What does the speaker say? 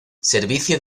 servicio